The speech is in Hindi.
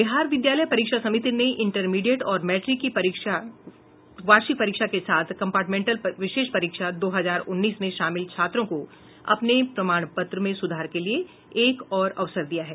बिहार विद्यालय परीक्षा समिति ने इंटरमीडिएट और मैट्रिक की वार्षिक परीक्षा के साथ कम्पार्टमेंटल विशेष परीक्षा दो हजार उन्नीस में शामिल छात्रों को अपने प्रमाण पत्र में सुधार के लिए एक और अवसर दिया है